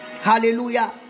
Hallelujah